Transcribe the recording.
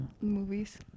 Movies